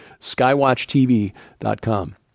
skywatchtv.com